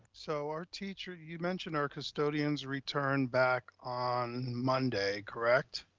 so our teacher, you mentioned our custodians returned back on monday, correct,